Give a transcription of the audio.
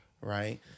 right